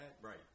right